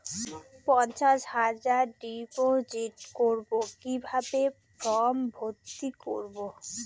পঞ্চাশ হাজার ডিপোজিট করবো কিভাবে ফর্ম ভর্তি করবো?